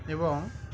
এবং